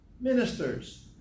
ministers